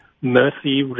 mercy